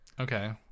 Okay